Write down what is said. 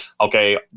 okay